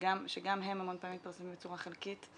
שגם הם המון פעמים מתפרסמים בצורה חלקית,